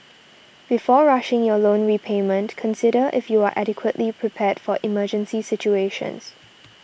before rushing your loan repayment consider if you are adequately prepared for emergency situations